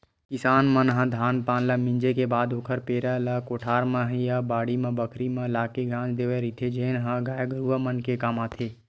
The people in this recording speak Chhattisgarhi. किसान मन ह धान पान ल मिंजे के बाद ओखर पेरा ल कोठार म या बाड़ी बखरी म लाके गांज देय रहिथे जेन ह गाय गरूवा मन के काम आथे